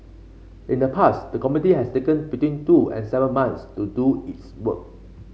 in the past the committee has taken between two and seven months to do its work